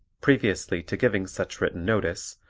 previously to giving such written notice,